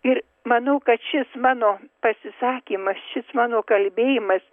ir manau kad šis mano pasisakymas šis mano kalbėjimas